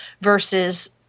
versus –